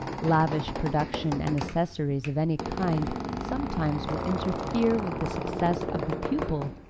lavish production and accessories of any kind sometimes will interfere with the success of the pupil,